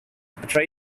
portray